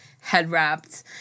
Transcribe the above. head-wrapped